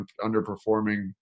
underperforming